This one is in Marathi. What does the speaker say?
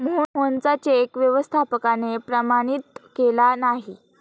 मोहनचा चेक व्यवस्थापकाने प्रमाणित केला नाही